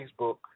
Facebook